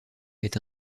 est